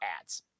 ads